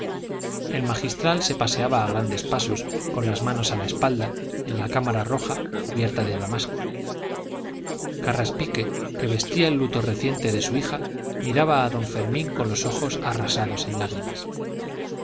el magistral se paseaba a grandes pasos con las manos a la espalda en la cámara roja cubierta de damasco carraspique que vestía el luto reciente de su hija miraba a don fermín con los ojos arrasados en lágrimas